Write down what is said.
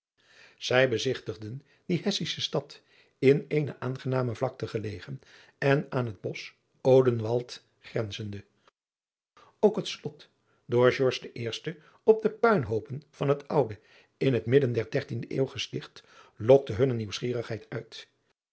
ij bezigtigden die essische stad in eene aangename vlak driaan oosjes zn et leven van aurits ijnslager te gelegen en aan het bosch denwald grenzende ok het slot door den eersten op de puinhoopen van het oude in het midden der dertiende euw gesticht lokte hunne nieuwsgierigheid uit